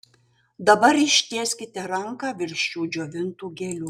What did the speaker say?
dabar ištieskite ranką virš šių džiovintų gėlių